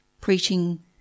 preaching